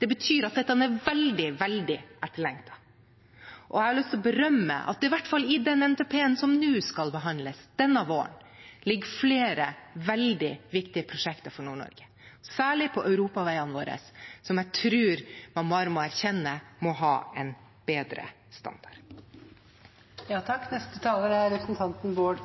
Det betyr at dette er veldig, veldig etterlengtet. Og jeg har lyst til å berømme at det i hvert fall i den NTP-en som nå skal behandles, denne våren, ligger flere veldig viktige prosjekter for Nord-Norge, særlig på europaveiene våre, som jeg tror man bare må erkjenne at må ha en bedre standard. Til foregående